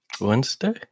Wednesday